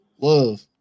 love